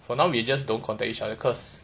for now we just don't contact each other cause